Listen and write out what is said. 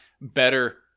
Better